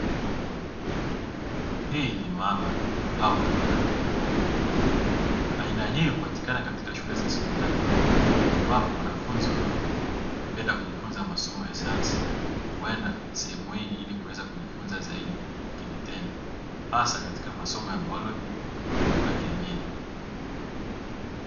Hii ni maabara au labalatori, aina hii hupatikana katika shule za sekondari ambapo wanafunzi wanaopenda kujifunza masomo ya sayansi, huenda sehemu hii ili kuweza kujifunza zaidi kivitendo hasa katika masomo ya bioloji na kemia.